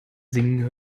singen